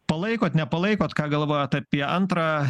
palaikot nepalaikot ką galvojat apie antrą